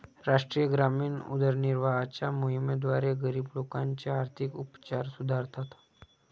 राष्ट्रीय ग्रामीण उदरनिर्वाहाच्या मोहिमेद्वारे, गरीब लोकांचे आर्थिक उपचार सुधारतात